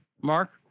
Mark